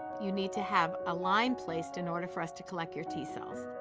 you need to have a line placed in order for us to collect your t cells,